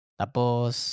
tapos